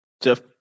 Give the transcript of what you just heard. jeff